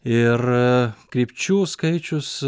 ir krypčių skaičius